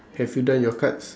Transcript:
have you done your cards